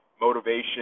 motivation